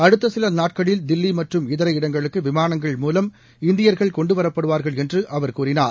அடுத்தசிலநாட்களில் தில்லிமற்றும் இதர இடங்களுக்குவிமானங்கள் மூலம் இந்தியர்கள் கொண்டுவரப்படுவாா்கள் என்றுஅவர் கூறினார்